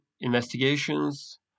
investigations